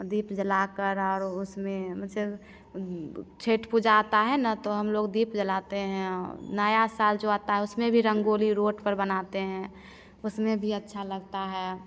दीप जला कर और उसमें छठ पूजा आता है न तो हम लोग दीप जलाते हैं नया साल जो आता है उसमें भी रंगोली रोड पर बनाते हैं उसमें भी अच्छा लगता है